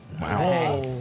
Wow